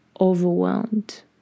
overwhelmed